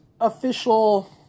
official